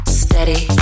steady